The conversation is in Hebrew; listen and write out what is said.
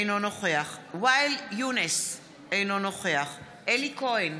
אינו נוכח ואאל יונס, אינו נוכח אלי כהן,